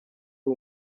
uri